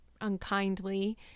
unkindly